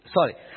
Sorry